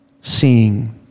seeing